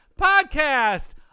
podcast